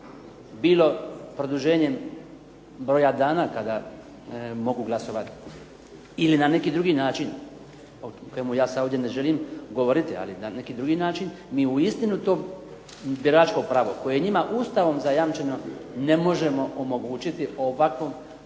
bilo produženjem broja dana kada mogu glasovati, ili na neki drugi način o kojemu ja sad ovdje ne želim govoriti, ali na neki drugi način, mi uistinu to biračko pravo koje je njima Ustavom zajamčeno ne možemo omogućiti ovakvom